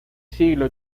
siglo